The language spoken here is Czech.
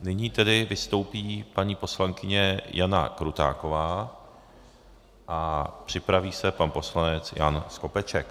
Nyní tedy vystoupí paní poslankyně Jana Krutáková a připraví se pan poslanec Jan Skopeček.